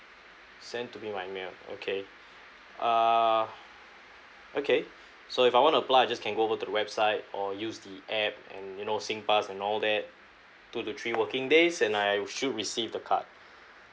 sent to me by mail okay err okay so if I want to apply I can just go over to the website or use the app and you know singpass and all that two to three working days and I should receive the card